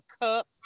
cup